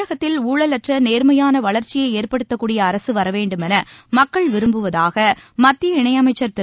தமிழகத்தில் ஊழலற்ற நேர்மையான வளர்ச்சியைஏற்படுத்தக்கூடியஅரசுவரவேண்டுமெனமக்கள் விரும்புவதாகமத்திய இணையமைச்சர் திரு